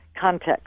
context